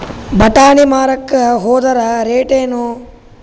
ಬಟಾನಿ ಮಾರಾಕ್ ಹೋದರ ರೇಟೇನು?